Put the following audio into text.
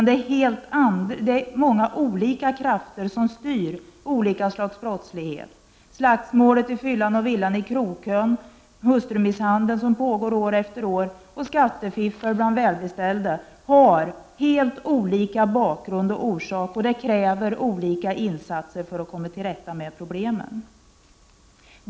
Det är många olika krafter som styr olika slags brottslighet. Slagsmålet i fyllan och villan i krogkön, hustrumisshandeln som pågår år efter år och skattefiffel bland välbeställda har helt olika bakgrund och orsaker, och det krävs olika insatser för att komma till rätta med problemen.